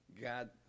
God